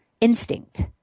instinct